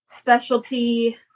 specialty